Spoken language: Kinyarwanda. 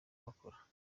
bakora